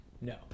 No